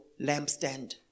lampstand